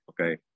okay